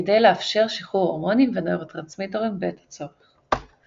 כדי לאפשר שחרור הורמונים ונוירוטרנסמיטרים בעת הצורך.